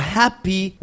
happy